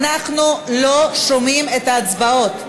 אנחנו לא שומעים את ההצבעות,